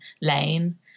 lane